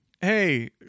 Hey